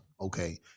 Okay